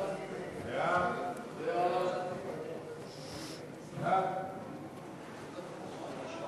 ההצעה להעביר את הצעת חוק הגבלת השימוש